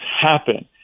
happen